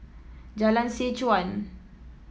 Jalan Seh Chuan